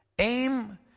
Aim